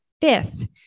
fifth